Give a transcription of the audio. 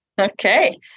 Okay